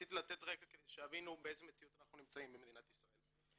רציתי לתת רקע כדי שיבינו באיזו מציאות אנחנו נמצאים במדינת ישראל.